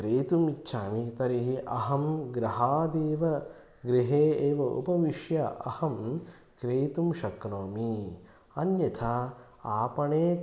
क्रेतुमिच्छामि तर्हि अहं गृहादेव गृहे एव उपविश्य अहं क्रेतुं शक्नोमि अन्यथा आपणे